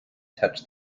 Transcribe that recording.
touched